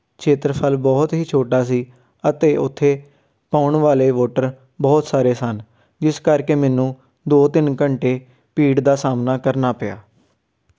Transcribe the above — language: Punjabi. ਖੇਤਰਫਲ ਬਹੁਤ ਹੀ ਛੋਟਾ ਸੀ ਅਤੇ ਉੱਥੇ ਪਾਉਣ ਵਾਲੇ ਵੋਟਰ ਬਹੁਤ ਸਾਰੇ ਸਨ ਜਿਸ ਕਰਕੇ ਮੈਨੂੰ ਦੋ ਤਿੰਨ ਘੰਟੇ ਭੀੜ ਦਾ ਸਾਹਮਣਾ ਕਰਨਾ ਪਿਆ